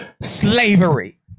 slavery